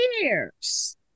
years